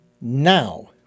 now